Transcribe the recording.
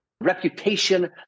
reputation